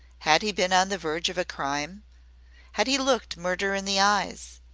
had he been on the verge of a crime had he looked murder in the eyes?